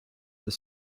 that